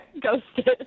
ghosted